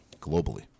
Globally